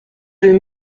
deux